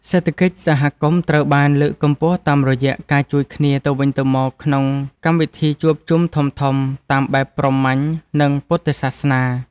សេដ្ឋកិច្ចសហគមន៍ត្រូវបានលើកកម្ពស់តាមរយៈការជួយគ្នាទៅវិញទៅមកក្នុងកម្មវិធីជួបជុំធំៗតាមបែបព្រហ្មញ្ញ និងពុទ្ធសាសនា។